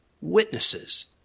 Witnesses